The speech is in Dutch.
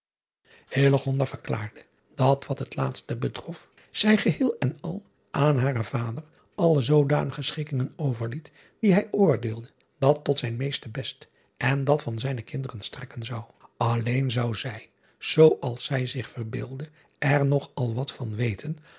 verklaarde dat wat het laatste betrof zij geheel en al aan haren vader alle zoodanige schikkingen overliet die hij oordeelde dat tot zijn meeste best en dat van zijne kinderen strekken zou alleen zou zij zoo als zij zich verbeeldde er nog al wat van weten